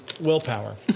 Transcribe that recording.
willpower